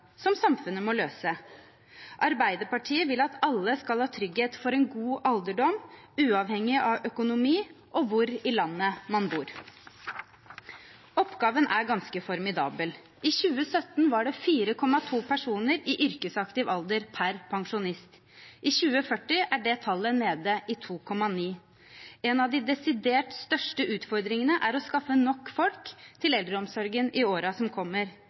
som samfunnet må løse. Arbeiderpartiet vil at alle skal ha trygghet for en god alderdom, uavhengig av økonomi og hvor i landet man bor. Oppgaven er ganske formidabel. I 2017 var det 4,2 personer i yrkesaktiv alder per pensjonist. I 2040 vil det tallet være nede i 2,9. En av de desidert største utfordringene er å skaffe nok folk til eldreomsorgen i årene som kommer.